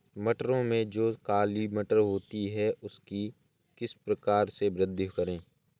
मटरों में जो काली मटर होती है उसकी किस प्रकार से वृद्धि करें?